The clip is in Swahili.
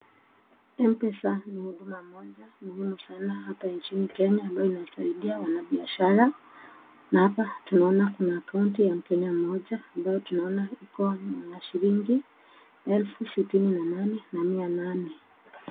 M-pesa ni huduma muhimu sana hapa Kenya, ni huduma ambayo inasaidia wanabiashara, na hapa tunaona kuna akaunti ya mkenya mmoja, ambayo tunaona iko na shilingi, elfu sitini na nane na mia nane.